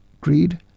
greed